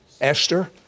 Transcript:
Esther